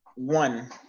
one